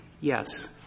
Yes